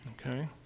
Okay